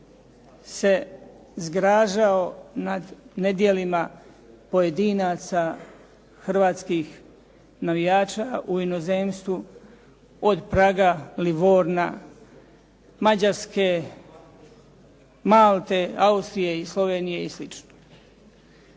se zgražao nad nedjelima pojedinaca hrvatskih navijača u inozemstvu, od Praga, Livorna, Mađarske, Malte, Austrije i Slovenije i